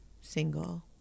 single